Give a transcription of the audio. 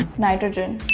nitrogen.